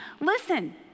listen